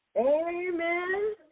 Amen